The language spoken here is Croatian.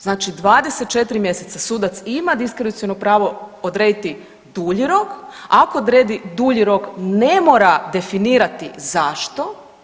Znači 24 mjeseca sudac ima diskreciono pravo odrediti dulji rok, a ako odredi dulji rok ne mora definirati zašto.